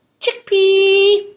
Chickpea